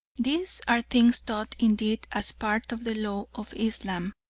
these are things taught indeed as part of the law of islam,